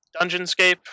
Dungeonscape